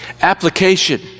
Application